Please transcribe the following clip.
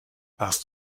warst